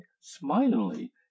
smilingly